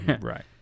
Right